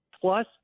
plus